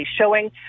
showing